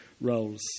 roles